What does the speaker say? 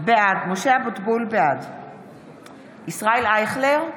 בעד ישראל אייכלר,